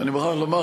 ואני מוכרח לומר,